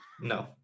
No